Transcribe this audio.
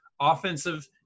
offensive